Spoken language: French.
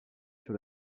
sur